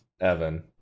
Evan